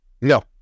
No